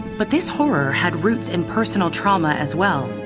but this horror had roots in personal trauma, as well.